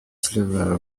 silva